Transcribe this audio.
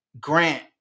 Grant